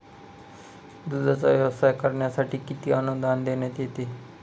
दूधाचा व्यवसाय करण्यासाठी किती अनुदान देण्यात येते?